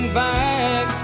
back